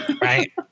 Right